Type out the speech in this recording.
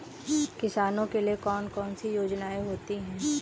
किसानों के लिए कौन कौन सी योजनायें होती हैं?